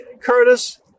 Curtis